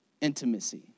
intimacy